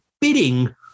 bidding